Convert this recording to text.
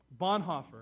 Bonhoeffer